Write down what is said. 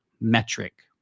metric